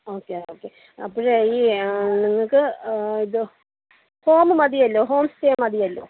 okay okay അപ്പോഴ് ഈ നിങ്ങൾക്ക് ഇത് ഹോമ് മതിയല്ലോ ഹോംസ്റ്റേ മതിയല്ലോ